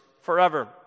forever